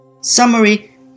Summary